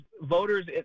voters